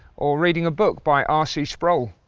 or reading a book by r. c. sproul.